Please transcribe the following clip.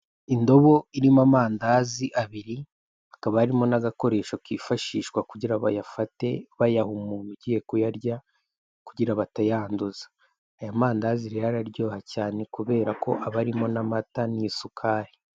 Indobo irimo amandazi abiri, hakaba harimo n'agakoresho kifashishwa kugira bayafate bayaha umuntu ugiye kuyarya, kugira batayanduza; aya mandazi rero araryoha cyane kubera ko aba arimo amata n'isukari.